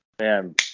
man